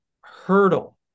hurdle